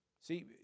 See